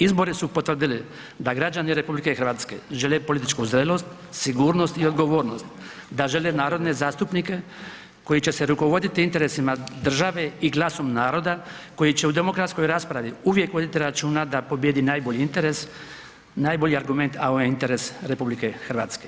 Izbori su potvrdili da građani RH žele političku zrelost, sigurnost i odgovornost, da žele narodne zastupnike koji će se rukovoditi interesima države i glasom naroda, koji će u demokratskoj raspravi uvijek voditi računa da pobijedi najbolji interes, najbolji argument, a on je interes RH.